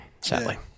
sadly